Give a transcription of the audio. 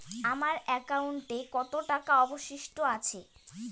আমার একাউন্টে কত টাকা অবশিষ্ট আছে?